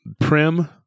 prim